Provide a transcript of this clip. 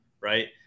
right